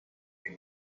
que